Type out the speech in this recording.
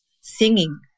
singing